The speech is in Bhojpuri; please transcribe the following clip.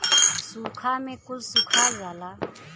सूखा में कुल सुखा जाला